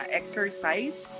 exercise